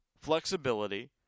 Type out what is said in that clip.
flexibility